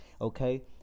okay